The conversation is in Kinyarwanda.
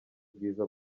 bwiza